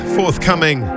forthcoming